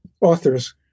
authors